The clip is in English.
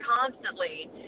constantly